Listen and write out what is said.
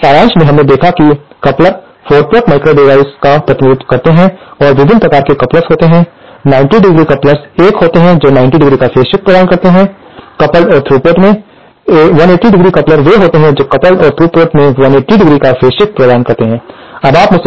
इसलिए सारांश में हमने देखा कि कपलर 4 पोर्ट माइक्रोवेव डिवाइसेस का प्रतिनिधित्व करते हैं और विभिन्न प्रकार के कप्लर्स होते हैं 90° कप्लर्स एक होते हैं जो 90° की फेज शिफ्ट प्रदान करते हैं कपल्ड और थ्रू पोर्ट में 180 दैनिक कपलर वे होते हैं जो कपल्ड और थ्रू पोर्ट में 180° की फेज शिफ्ट प्रदान करते हैं